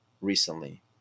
recently